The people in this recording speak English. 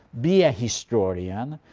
be a historian,